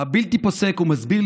הבלתי-פוסק ומסביר,